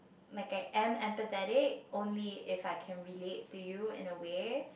like a an empathetic only if I can relate to you in a way